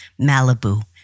Malibu